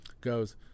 goes